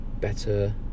better